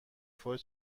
فای